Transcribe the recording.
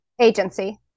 agency